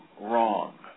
wrong